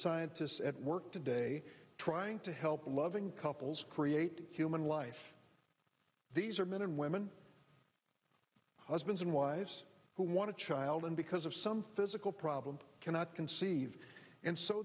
scientists at work today trying to help loving couples create human life these are men and women husbands and wives who want to child and because of some physical problems cannot conceive and so